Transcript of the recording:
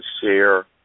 share